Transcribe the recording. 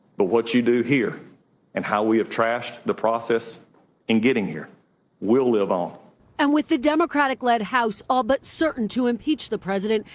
but what you do here and how we have trashed the process in getting here will live on. reporter and with the democratic-led house all but certain to impeach the president,